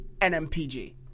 NMPG